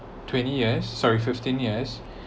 twenty years sorry fifteen years